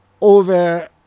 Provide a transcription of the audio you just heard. over